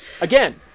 Again